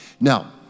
Now